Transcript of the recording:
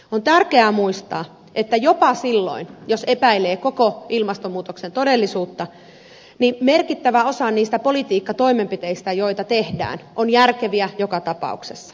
on tärkeä muistaa että jopa silloin jos epäilee koko ilmastonmuutoksen todellisuutta merkittävä osa niistä politiikkatoimenpiteistä joita tehdään on järkeviä joka tapauksessa